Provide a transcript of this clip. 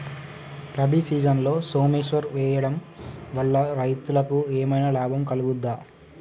రబీ సీజన్లో సోమేశ్వర్ వేయడం వల్ల రైతులకు ఏమైనా లాభం కలుగుద్ద?